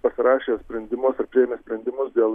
pasirašė sprendimus ar priėmė sprendimus dėl